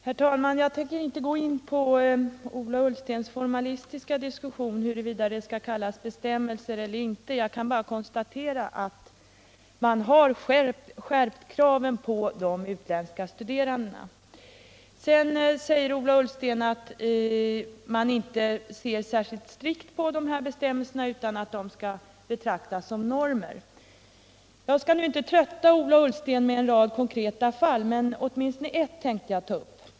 Herr talman! Jag tänker inte gå in på Ola Ullstens formalistiska diskussion huruvida det skall kallas bestämmelser eller inte. Jag kan bara konstatera att man har skärpt kraven på de utländska studerandena. Ola Ullsten säger att man inte ser särskilt strikt på dessa bestämmelser utan att de skall betraktas som normer. Jag skall nu inte trötta Ola Ullsten med en rad konkreta fall, men åtminstone ett tänker jag ta upp.